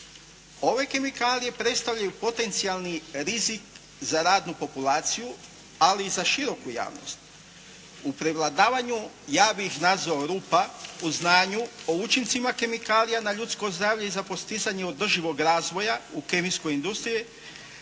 Ove kemikalije predstavljaju potencijalni rizik za radnu populaciju ali i za široku javnost. U prevladavanju ja bi ih nazvao rupa u znanju, po učincima kemikalija na ljudsko zdravlje i za postizanje održivog razvoja u kemijskoj industriji,